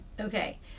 Okay